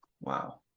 Wow